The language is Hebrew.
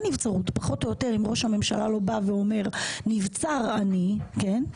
אם ראש הממשלה לא בא ואומר נבצר אני, אין.